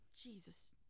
Jesus